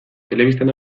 telebistan